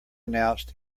announced